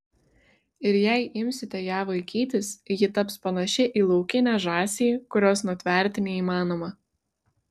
ir jei imsite ją vaikytis ji taps panaši į laukinę žąsį kurios nutverti neįmanoma